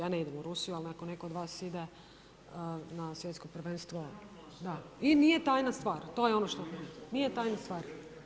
Ja ne idem u Rusiju ali ako netko od vas ide na svjetsko prvenstvno… … [[Upadica se ne čuje.]] Da i nije tajna stvar, to je ono što, nije tajna stvar.